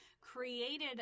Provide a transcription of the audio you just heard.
created